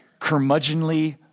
curmudgeonly